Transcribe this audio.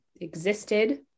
existed